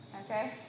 Okay